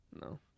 No